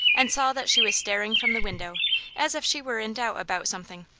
and saw that she was staring from the window as if she were in doubt about something.